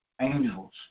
angels